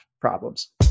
problems